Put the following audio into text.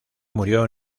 murió